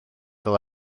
fel